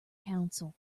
counsel